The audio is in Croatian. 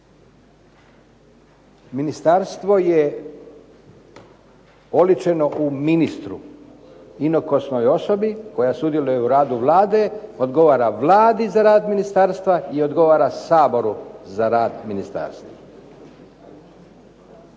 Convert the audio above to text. Ministarstvo je oličeno u ministru, inokosnoj osobi, koja sudjeluje u radu Vlade, odgovara Vladi za rad ministarstva i odgovora Saboru za rad ministarstva.